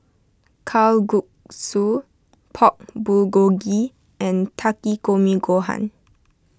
Kalguksu Pork Bulgogi and Takikomi Gohan